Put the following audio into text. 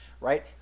right